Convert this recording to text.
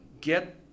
get